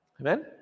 Amen